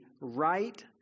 right